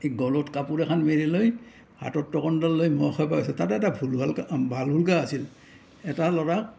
এই গলোত কাপোৰ এখান মেৰিয়াই লৈ হাতত টাকোনডাল লৈ মহ খেদবা গেছ্লোঁ তাতে এটা ভালুক আছিল এটা ল'ৰাক